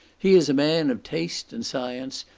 he is a man of taste and science,